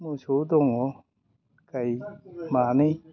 मोसौ दङ गाय मानै